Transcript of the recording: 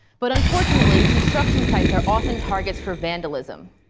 but unfortunately construction sites are often targets for vandalism,